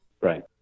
Right